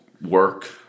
work